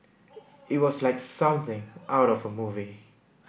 it was like something out of a movie